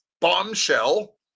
bombshell